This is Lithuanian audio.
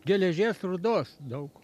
geležies rūdos daug